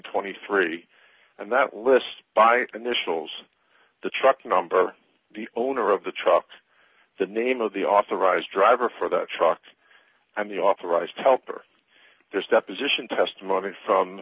twenty three and that list by and this fills the truck number the owner of the truck the name of the authorized driver for the truck and the authorised helper there's deposition testimony from